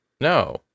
no